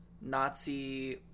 Nazi